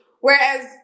Whereas